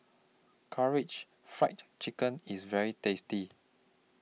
Karaage Fried Chicken IS very tasty